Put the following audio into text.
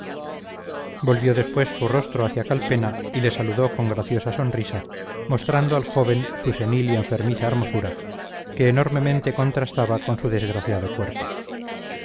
volvió después su rostro hacia calpena y le saludó con graciosa sonrisa mostrando al joven su senil y enfermiza hermosura que enormemente contrastaba con su desgraciado cuerpo